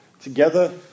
together